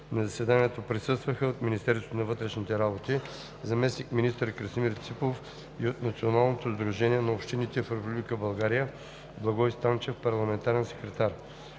На заседанието присъстваха: от Министерството на вътрешните работи – заместник-министър Красимир Ципов, и от Националното сдружение на общините в Република България (НСОРБ) – Благой Станчев, парламентарен секретар.